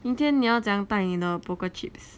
明天你要怎样带你的 poker chips